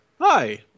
hi